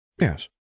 Yes